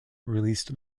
released